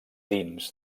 dins